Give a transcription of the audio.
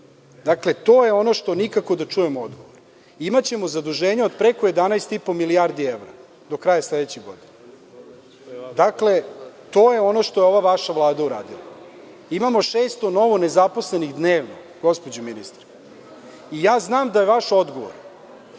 čuje. Dakle, to je ono što nikako da čujemo odgovor. Imaćemo zaduženja od preko 11,5 milijardi evra do kraja sledeće godine. To je ono što je vaša Vlada uradila. Imamo 600 novo nezaposlenih dnevno, gospođo ministarka. Znam da je vaš odgovor